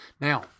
Now